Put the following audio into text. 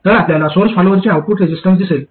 तर आपल्याला सोर्स फॉलोअरचे आउटपुट रेझिस्टन्स दिसेल